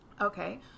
Okay